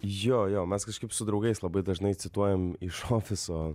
jo jo mes kažkaip su draugais labai dažnai cituojame iš ofiso